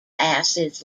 acids